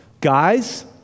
Guys